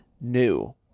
new